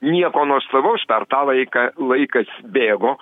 nieko nuostabaus per tą laiką laikas bėgo